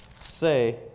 say